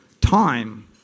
Time